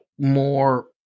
more